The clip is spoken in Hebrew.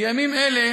בימים אלה